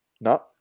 no